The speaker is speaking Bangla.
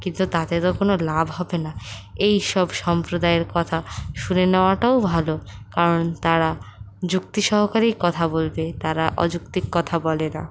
কিন্তু তাতে তো কোনও লাভ হবে না এইসব সম্প্রদায়ের কথা শুনে নেওয়াটাও ভালো কারণ তারা যুক্তি সহকারেই কথা বলবে তারা অযৌক্তিক কথা বলে না